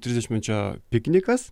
trisdešimtmečio piknikas